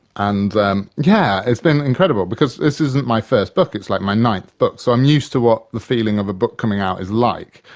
and um yeah, it's been incredible, because this isn't my first book, it's like my ninth book, so i'm used to what the feeling of a book coming out is like,